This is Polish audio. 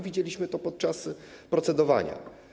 Widzieliśmy to podczas procedowania.